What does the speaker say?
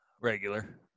regular